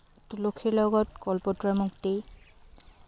তুলসীৰ লগত কল পটুৱাৰ মুক্তি